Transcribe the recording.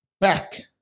back